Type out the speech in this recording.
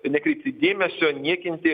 nekreipti dėmesio niekinti